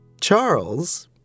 Charles